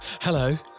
Hello